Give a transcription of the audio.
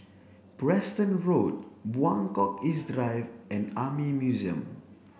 Preston Road Buangkok East Drive and Army Museum